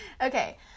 okay